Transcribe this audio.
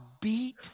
beat